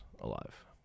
alive